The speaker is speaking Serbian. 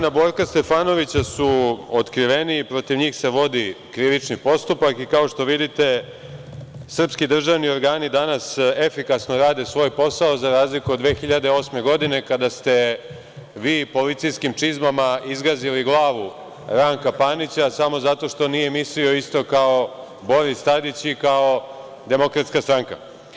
Napadači na Borka Stefanovića su otkriveni i protiv njih se vodi krivični postupak i kao što vidi srpski državni organi danas efikasno rade svoj posao za razliku od 2008. godine kada ste vi policijskim čizmama izgazili glavu Ranka Panića samo zato što nije mislio isto kao Boris Tadić i kao Demokratska stranka.